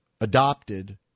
adopted